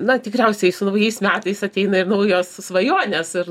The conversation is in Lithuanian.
na tikriausiai su naujais metais ateina ir naujos svajonės ir